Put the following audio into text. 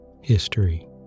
History